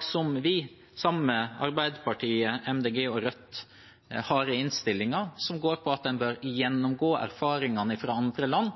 som vi har sammen med Arbeiderpartiet, Miljøpartiet De Grønne og Rødt i innstillingen, som går på at en bør gjennomgå erfaringene fra andre land